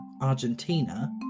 Argentina